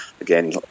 again